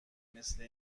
مثلا